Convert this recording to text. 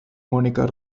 monica